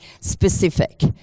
specific